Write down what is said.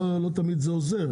לא תמיד זה עוזר,